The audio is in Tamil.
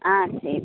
ஆ சரி